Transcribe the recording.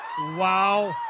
Wow